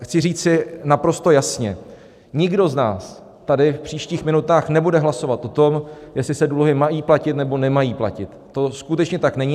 Chci říci naprosto jasně, nikdo z nás tady v příštích minutách nebude hlasovat o tom, jestli se dluhy mají platit, nebo nemají platit, to skutečně tak není.